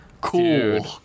cool